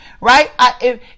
right